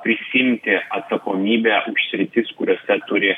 prisiimti atsakomybę sritis kuriose turi